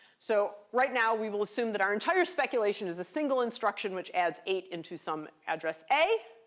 so right now, we will assume that our entire speculation is a single instruction which adds eight into some address a.